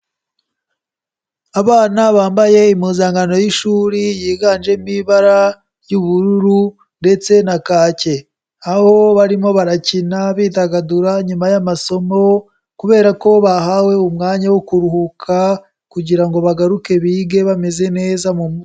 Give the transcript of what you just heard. Abana bambaye impuzankano y'ishuri yiganjemo ibara ry'ubururu ndetse na kake aho barimo barakina bidagadura nyuma y'amasomo kubera ko bahawe umwanya wo kuruhuka kugira ngo bagaruke bige bameze neza mu mutwe.